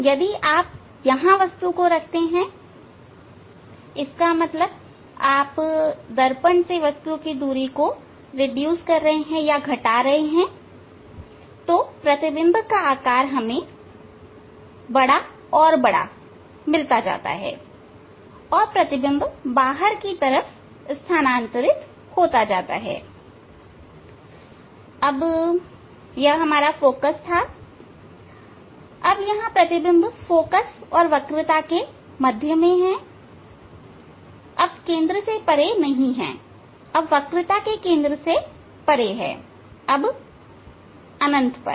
यदि आप यहाँ वस्तु रखते हैं इसका मतलब आप दर्पण से वस्तु की दूरी को घटा रहे हैं तो प्रतिबिंब का आकार हमें बड़ा और बड़ा मिलता जाता है और प्रतिबिंब बाहर की तरफ स्थानांतरित होता जाता है अब यह फोकस पर था अब यहां प्रतिबिंब फोकस और वक्रता के मध्य में है अब केंद्र से परे नहींअब वक्रता के केंद्र से परे अब अनंत पर हैं